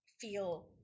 feel